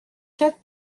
quatre